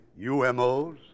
UMOs